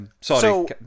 Sorry